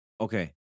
Okay